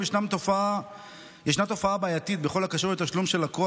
גם בעולמות הבנקאות קיימת התופעה של תשלומים שאותם נדרש הלקוח